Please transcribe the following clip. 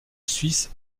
suisse